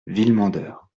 villemandeur